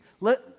Let